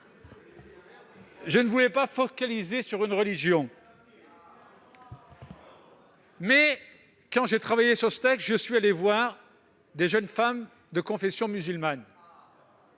je ne voulais pas me focaliser sur une religion.. Quand j'ai travaillé sur ce texte, j'ai discuté avec de jeunes femmes de confession musulmane